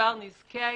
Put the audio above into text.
בדבר נזקי העישון,